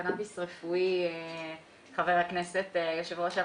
קנביס רפואי וחבר הכנסת מכיר את הנושא.